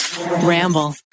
Ramble